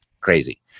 crazy